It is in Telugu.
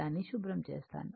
దాన్ని శుభ్రం చేస్తాను